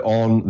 on